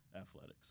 athletics